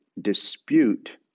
dispute